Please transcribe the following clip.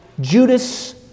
Judas